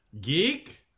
geek